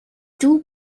too